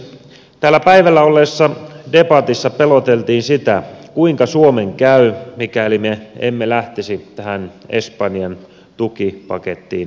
täällä päivällä olleessa debatissa peloteltiin sillä kuinka suomen käy mikäli me emme lähtisi tähän espanjan tukipakettiin mukaan